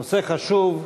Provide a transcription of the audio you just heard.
נושא חשוב: